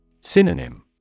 Synonym